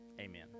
Amen